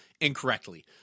incorrectly